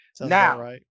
Now